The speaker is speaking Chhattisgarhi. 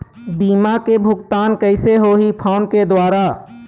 बीमा के भुगतान कइसे होही फ़ोन के द्वारा?